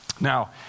Now